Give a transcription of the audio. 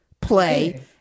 play